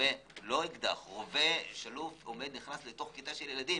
רובה לא אקדח נכנס לתוך כיתה של ילדים.